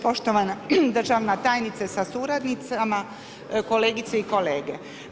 Poštovana državna tajnice sa suradnicama, kolegice i kolege.